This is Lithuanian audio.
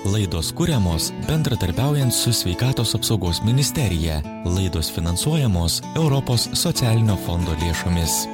laidos kuriamos bendradarbiaujant su sveikatos apsaugos ministerija laidos finansuojamos europos socialinio fondo lėšomis